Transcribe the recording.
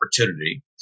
opportunity